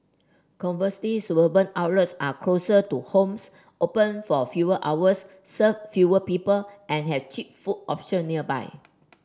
conversely suburban outlets are closer to homes open for fewer hours serve fewer people and have cheap food option nearby